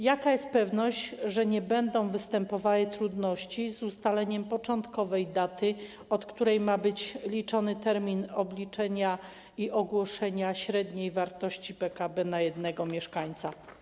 Jaka jest pewność, że nie będą występowały trudności z ustaleniem początkowej daty, od której ma być liczony termin obliczenia i ogłoszenia średniej wartości PKB na jednego mieszkańca?